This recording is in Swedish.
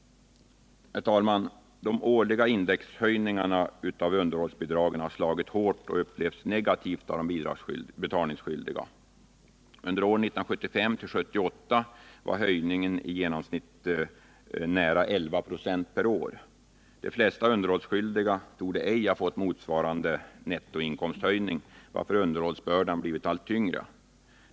Herr talman! De årliga indexhöjningarna av underhållsbidragen har slagit hårt och uppfattats negativt av de betalningsskyldiga. Under åren 1975-1978 var höjningen i genomsnitt nära 11 96 per år. De flesta underhållsskyldiga torde ej ha fått motsvarande nettoinkomsthöjning, varför underhållsbördan blivit allt tyngre.